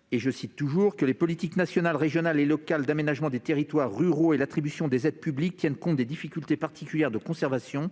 », et que les « politiques nationales, régionales et locales d'aménagement des territoires ruraux et l'attribution des aides publiques tiennent compte des difficultés particulières de conservation,